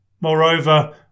Moreover